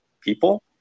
people